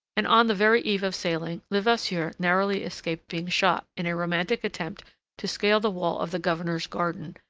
and on the very eve of sailing, levasseur narrowly escaped being shot in a romantic attempt to scale the wall of the governor's garden,